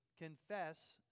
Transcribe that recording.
confess